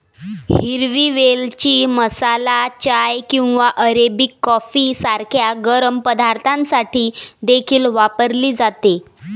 हिरवी वेलची मसाला चाय किंवा अरेबिक कॉफी सारख्या गरम पदार्थांसाठी देखील वापरली जाते